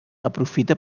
aprofita